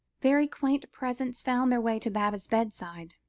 very quaint presents found their way to baba's bedside.